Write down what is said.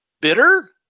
bitter